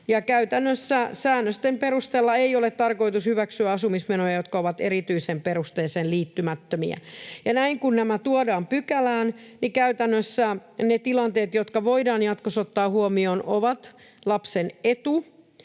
Käytännössä säännösten perusteella ei ole tarkoitus hyväksyä asumismenoja, jotka ovat erityiseen perusteeseen liittymättömiä. Kun nämä näin tuodaan pykälään, niin käytännössä ne tilanteet, jotka voidaan jatkossa ottaa huomioon, ovat lapsen etu